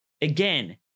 Again